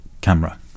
camera